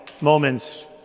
moments